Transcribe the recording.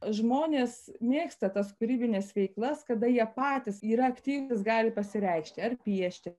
žmonės mėgsta tas kūrybines veiklas kada jie patys yra aktyvūs gali pasireikšti ar piešti